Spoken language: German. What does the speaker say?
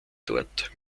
dort